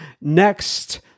next